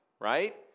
right